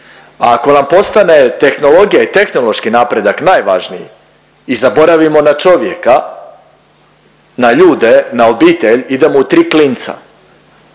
ako nam postane tehnologija i tehnološki napredak najvažniji i zaboravimo na čovjeka, na ljude, na obitelj, idemo u tri klinca.